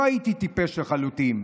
לא הייתי טיפש לחלוטין,